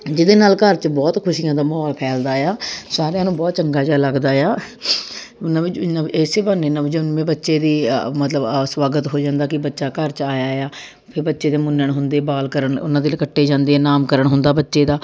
ਜਿਹਦੇ ਨਾਲ ਘਰ 'ਚ ਬਹੁਤ ਖੁਸ਼ੀਆਂ ਦਾ ਮਾਹੌਲ ਫੈਲਦਾ ਆ ਸਾਰਿਆਂ ਨੂੰ ਬਹੁਤ ਚੰਗਾ ਜਿਹਾ ਲੱਗਦਾ ਆ ਇਸ ਬਹਾਨੇ ਨਵਜੰਮੇ ਬੱਚੇ ਦੀ ਮਤਲਬ ਸਵਾਗਤ ਹੋ ਜਾਂਦਾ ਕਿ ਬੱਚਾ ਘਰ 'ਚ ਆਇਆ ਆ ਫਿਰ ਬੱਚੇ ਦੇ ਮੁੰਨਣ ਹੁੰਦੇ ਵਾਲਕਰਨ ਉਹਨਾਂ ਦੇ ਕੱਟੇ ਜਾਂਦੇ ਨਾਮਕਰਨ ਹੁੰਦਾ ਬੱਚੇ ਦਾ